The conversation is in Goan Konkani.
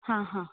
हां हां